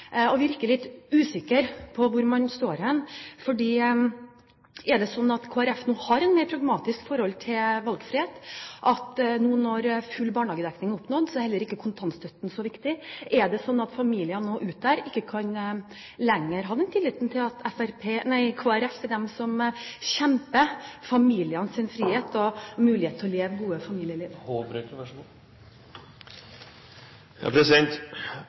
og virker litt usikker på hvor man står hen. Er det slik at Kristelig Folkeparti nå har et mer pragmatisk forhold til valgfrihet, at nå når full barnehagedekning er oppnådd, er heller ikke kontantstøtten så viktig? Er det slik at familiene der ute ikke lenger kan ha den tilliten til at Kristelig Folkeparti kjemper for familienes frihet og muligheten til å leve gode